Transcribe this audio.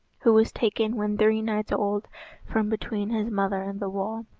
who was taken when three nights old from between his mother and the wall.